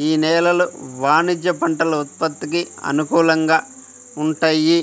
యీ నేలలు వాణిజ్య పంటల ఉత్పత్తికి అనుకూలంగా వుంటయ్యి